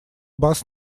бас